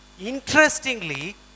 Interestingly